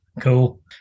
Cool